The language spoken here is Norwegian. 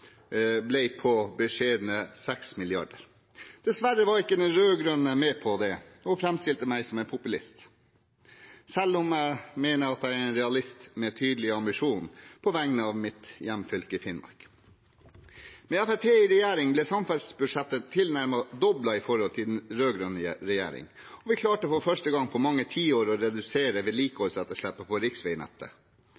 på beskjedne 6 mrd. kr. Dessverre var ikke de rød-grønne med på det, og framstilte meg som en populist – selv om jeg mener at jeg er en realist med tydelige ambisjoner på vegne av mitt hjemfylke, Finnmark. Med Fremskrittspartiet i regjering ble samferdselsbudsjettet tilnærmet dobbelt så stort som med de rød-grønne i regjeringen, og vi klarte for første gang på mange tiår å redusere